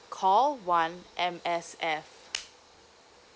call one M_S_F